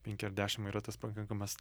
penki ar dešim yra tas pakankamas